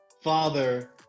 father